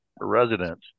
residents